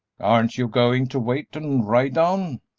aren't you going to wait and ride down?